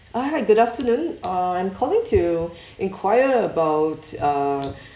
uh hi good afternoon uh I'm calling to enquire about uh